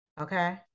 Okay